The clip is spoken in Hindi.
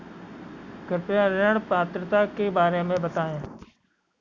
कृपया ऋण पात्रता के बारे में बताएँ?